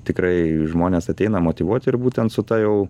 tikrai žmonės ateina motyvuoti ir būtent su ta jau